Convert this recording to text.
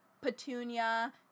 Petunia